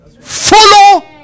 Follow